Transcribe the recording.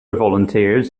volunteers